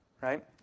right